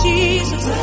Jesus